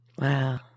Wow